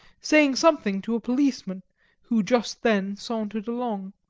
saying something to a policeman who just then sauntered along.